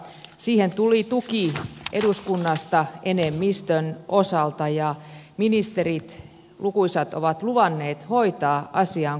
siihen tuli tuki eduskunnasta enemmistön osalta ja ministerit lukuisat ovat luvanneet hoitaa asian kuntoon